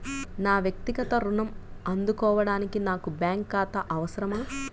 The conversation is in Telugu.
నా వక్తిగత ఋణం అందుకోడానికి నాకు బ్యాంక్ ఖాతా అవసరమా?